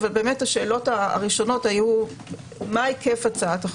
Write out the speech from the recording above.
אבל השאלות הראשונות היו מה היקף הצעת החוק.